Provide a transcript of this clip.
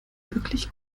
wirklich